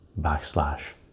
backslash